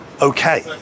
okay